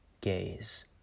Gaze